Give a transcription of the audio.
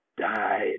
Die